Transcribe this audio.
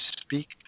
speak